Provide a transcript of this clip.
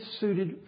suited